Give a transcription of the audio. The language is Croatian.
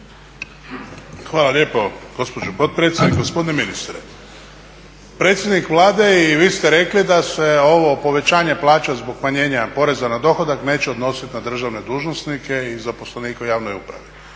Hvala lijepo gospođo potpredsjednice. Gospodine ministre, predsjednik Vlade i vi ste rekli da se ovo povećanje plaća zbog smanjenja poreza na dohodak neće odnositi na državne dužnosnike i zaposlenike u javnoj upravi.